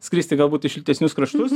skristi galbūt į šiltesnius kraštus